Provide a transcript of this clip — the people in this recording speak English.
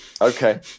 Okay